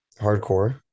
hardcore